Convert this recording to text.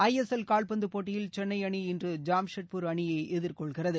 ஐ S L கால்பந்து போட்டியில் சென்னை அணி இன்று ஜாம்ஷெட்பூர் அணியை எதிர்கொள்கிறது